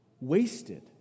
wasted